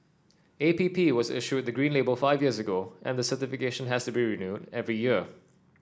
A P P was issued the green label five years ago and the certification has to be renewed every year